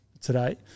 today